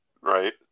Right